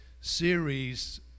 series